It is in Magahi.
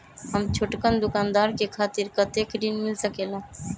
हम छोटकन दुकानदार के खातीर कतेक ऋण मिल सकेला?